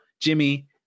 Jimmy